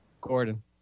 Gordon